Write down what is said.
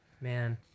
Man